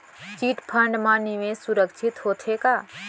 Chit fund मा निवेश सुरक्षित होथे का?